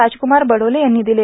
राजकुमार बडोले यांनी दिले